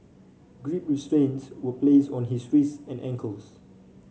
grip restraints were place on his wrists and ankles